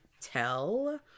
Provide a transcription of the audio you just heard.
tell